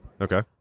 Okay